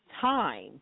time